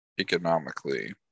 economically